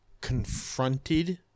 confronted